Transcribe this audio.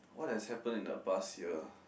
what has happened in the past year